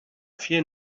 fear